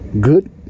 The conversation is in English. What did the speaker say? Good